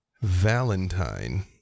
Valentine